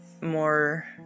more